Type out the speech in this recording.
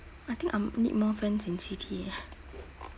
I think I might need more friends in C_T eh